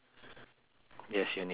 yes you need to pee